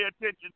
attention